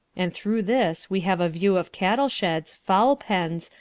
and through this we have a view of cattle-sheds, fowl-pens,